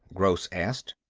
gross asked.